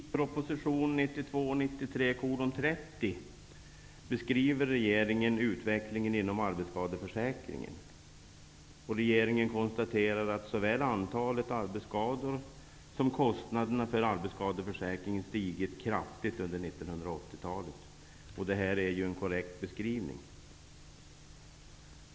Fru talman! I proposition 1992/93:30 beskriver regeringen utvecklingen inom arbetsskadeförsäkringen. Regeringen konstaterar att såväl antalet arbetsskador som kostnaderna för arbetsskadeförsäkringen stigit kraftigt under 1980 talet. Det är en korrekt beskrivning.